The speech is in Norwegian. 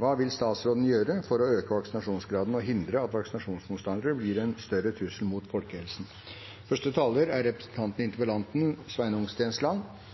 Vaksinasjon er det medisinske sakrament som tilsvarer dåpen, sa Samuel Butler. Argumenter fra vaksinemotstandere må slås hardt ned på. Alternativet er at vi alle må betale prisen, med økt dødelighet og